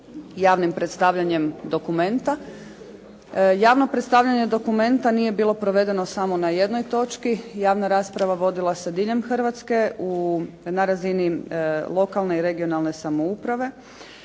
Javno predstavljanje dokumenta nije bilo provedeno samo na jednoj točki javna rasprava vodila se diljem Hrvatske na razini lokalne i regionalne samouprave,